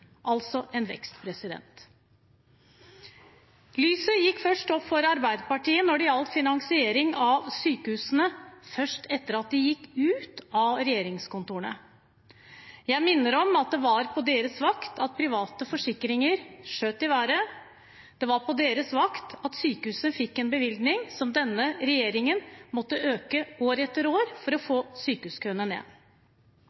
altså en vekst. Lyset gikk først opp for Arbeiderpartiet når det gjaldt finansiering av sykehusene, etter at de gikk ut av regjeringskontorene. Jeg minner om at det var på deres vakt at private forsikringer skjøt i været, det var på deres vakt at sykehusene fikk en bevilgning som denne regjeringen måtte øke år etter år for å få